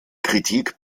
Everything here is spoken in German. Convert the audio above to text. kritik